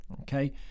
okay